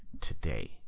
today